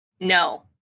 No